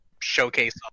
showcase